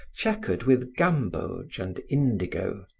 checquered with gamboge and indigo,